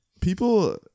People